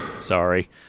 Sorry